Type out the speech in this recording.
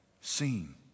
seen